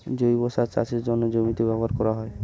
জৈব সার চাষের জন্যে জমিতে ব্যবহার করা হয়